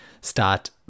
start